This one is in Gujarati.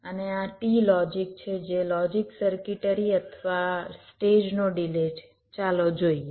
અને આ t લોજિક છે જે લોજિક સર્કિટરી અથવા સ્ટેજનો ડિલે છે ચાલો જોઈએ